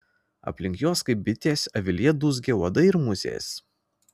aplink juos kaip bitės avilyje dūzgia uodai ir musės